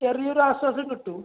ചെറിയ ഒരു ആശ്വാസം കിട്ടും